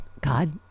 God